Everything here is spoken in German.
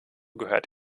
gehört